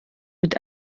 mit